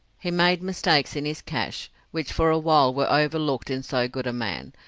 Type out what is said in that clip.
he made mistakes in his cash, which for a while were overlooked in so good a man,